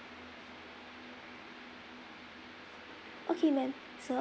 okay ma'am so